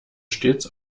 stets